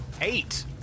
Eight